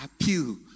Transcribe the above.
appeal